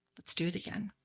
let's do it again.